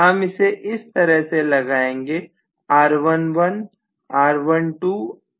हम इसे इस तरह से लगाएंगे R11 R12 R13 R14